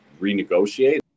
renegotiate